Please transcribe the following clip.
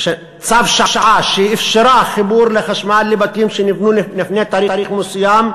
הוראת שעה שאפשרה חיבור חשמל לבתים שנבנו לפני תאריך מסוים,